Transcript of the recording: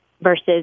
versus